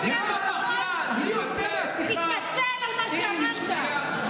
והגאווה הלאומית אלא גם את ההרתעה ואת מקומנו במרחב.